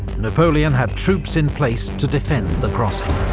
napoleon had troops in place to defend the crossing.